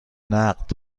نقد